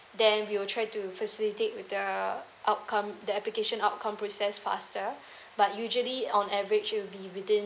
then we will try to facilitate with the outcome that application outcome process faster but usually on average it'll be within